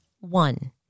One